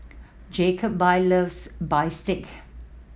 Jacoby loves bistake